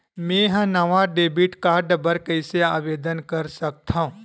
मेंहा नवा debit card बर कैसे आवेदन कर सकथव?